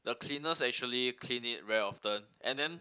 cleaners actually clean it very often and then